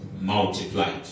multiplied